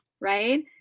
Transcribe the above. right